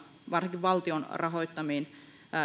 varsinkin valtion rahoittamiin